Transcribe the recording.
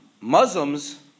Muslims